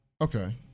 Okay